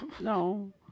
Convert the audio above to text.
no